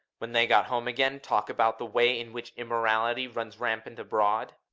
when they got home again, talking about the way in which immorality runs rampant abroad?